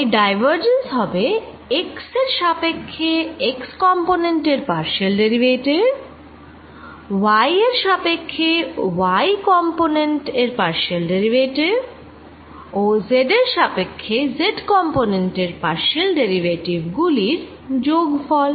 তাই ডাইভারজেন্স হবে x এর সাপেক্ষ্যে x কম্পনেন্ট এর পার্শিয়াল ডেরিভেটিভy এর সাপেক্ষ্যে y কম্পনেন্ট এর পার্শিয়াল ডেরিভেটিভ ও z এর সাপেক্ষ্যে z কম্পনেন্ট এর পার্শিয়াল ডেরিভেটিভ গুলির যোগ ফল